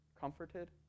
comforted